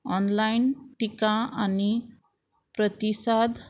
online टिका आनी प्रतिसाद